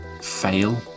fail